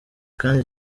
kandi